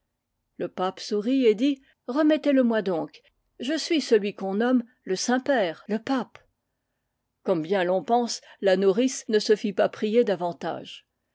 le pape sourit et dit r remettez le moi donc je suis celui qu'on nomme le saint-père le pape comme bien l'on pense la nourrice ne se fit pas prier davantage